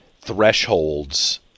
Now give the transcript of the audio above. thresholds